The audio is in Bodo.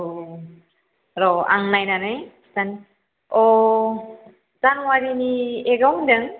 औऔ र' आं नायनानै खिथानि औ जानुवारिनि एखआव होन्दों